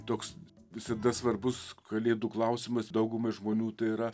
toks visada svarbus kalėdų klausimas daugumai žmonių tai yra